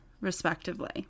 respectively